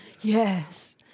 Yes